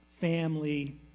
family